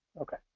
Okay